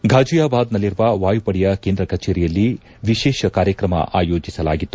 ಘಾಜಿಯಾಬಾದ್ನಲ್ಲಿರುವ ವಾಯುಪಡೆಯ ಕೇಂದ್ರ ಕಚೇರಿಯಲ್ಲಿ ವಿಶೇಷ ಕಾರ್ಯಕ್ರಮ ಆಯೋಜಿಸಲಾಗಿತ್ತು